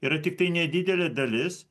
yra tiktai nedidelė dalis